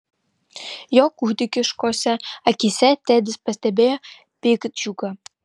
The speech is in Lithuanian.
jo kūdikiškose akyse tedis pastebėjo piktdžiugą